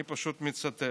אני פשוט מצטט.